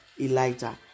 Elijah